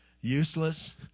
useless